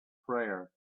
prayer